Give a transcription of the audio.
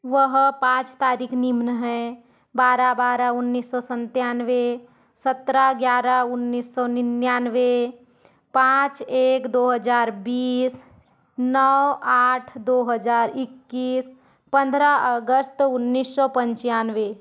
वह पाँच तारीख निम्न है बारह बारह उन्नीस सौ सत्तानवे सत्रह ग्यारह उन्नीस सौ निन्यानवे पाँच एक दो हजार बीस नौ आठ दो हजार इक्कीस पंद्रह अगस्त उन्नीस सौ पंचानवे